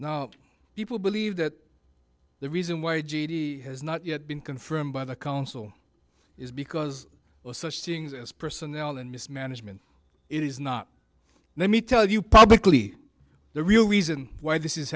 now people believe that the reason why g d has not yet been confirmed by the council is because of such things as personnel and mismanagement it is not let me tell you publicly the real reason why this is